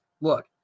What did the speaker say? look